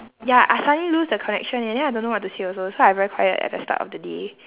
ya I suddenly lose the connection and then I don't know what to say also so I very quiet at the start of the day